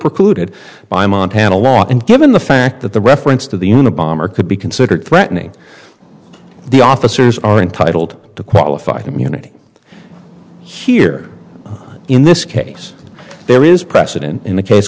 precluded by montana law and given the fact that the reference to the unabomber could be considered threatening the officers are entitled to qualified immunity here in this case there is precedent in a case